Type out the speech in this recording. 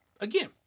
again